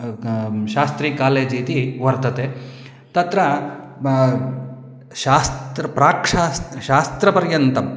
शास्त्री college इति वर्तते तत्र ब शास्त्र प्राक्षास् शास्त्रपर्यन्तं